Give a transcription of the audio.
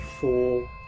four